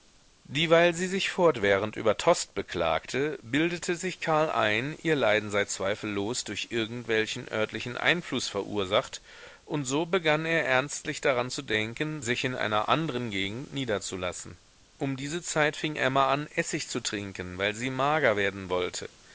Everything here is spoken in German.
dieweil sie sich fortwährend über tostes beklagte bildete sich karl ein ihr leiden sei zweifellos durch irgendwelchen örtlichen einfluß verursacht und so begann er ernstlich daran zu denken sich in einer andren gegend niederzulassen um diese zeit fing emma an essig zu trinken weil sie mager werden wollte